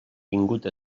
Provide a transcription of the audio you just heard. vingut